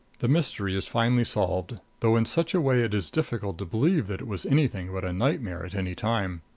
the mystery is finally solved, though in such a way it is difficult to believe that it was anything but a nightmare at any time.